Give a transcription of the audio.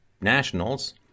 nationals